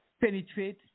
penetrate